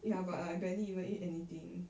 ya but I barely even ate anything